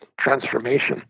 transformation